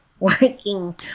Working